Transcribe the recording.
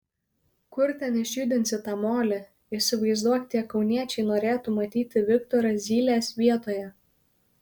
kur ten išjudinsi tą molį įsivaizduok tie kauniečiai norėtų matyti viktorą zylės vietoje